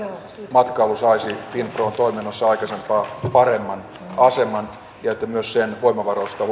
matkailu saisi finpron toiminnoissa aikaisempaa paremman aseman ja että myös sen voimavaroista